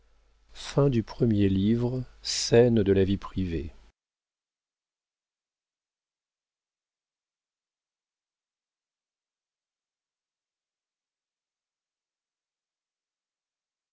mignon premier livre scènes de la vie privée